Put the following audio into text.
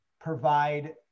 provide